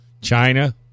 China